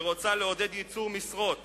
שרוצה לעודד ייצור משרות